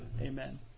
Amen